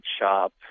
shop